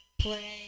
play